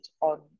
on